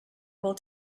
will